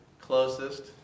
closest